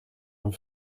een